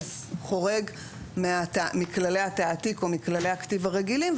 חורג מכללי התעתיק או מכללי הכתיב הרגילים,